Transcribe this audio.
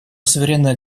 суверенное